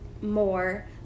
more